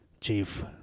Chief